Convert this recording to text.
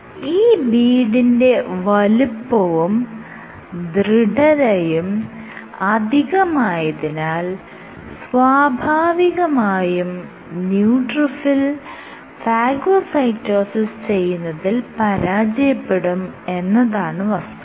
ഈ ബീഡിന്റെ വലുപ്പവും ദൃഢതയും അധികമായതിനാൽ സ്വാഭാവികമായും ന്യൂട്രോഫിൽ ഫാഗോസൈറ്റോസിസ് ചെയ്യുന്നതിൽ പരാജയപ്പെടും എന്നതാണ് വസ്തുത